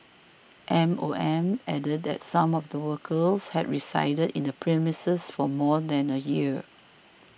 M O M added that some of the workers had resided in the premises for more than a year